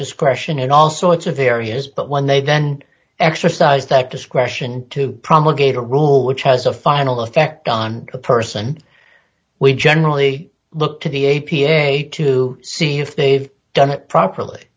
discretion in all sorts of areas but when they then exercise that discretion to promulgated a rule which has a final effect on the person we generally look to the a p a to see if they've done it properly